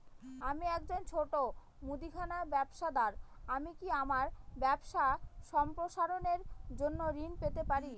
আমি একজন ছোট মুদিখানা ব্যবসাদার আমি কি আমার ব্যবসা সম্প্রসারণের জন্য ঋণ পেতে পারি?